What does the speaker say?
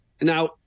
Now